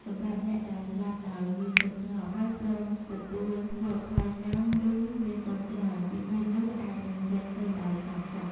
សម្រាប់អ្នកដែលស្លាប់ដោយមានចិត្តស្ងប់ ហើយព្រមទទួលយកផលកម្ម ឬមានបុណ្យច្រើន វិញ្ញាណនោះអាចនឹងចេញទៅដោយស្ងប់សុខ។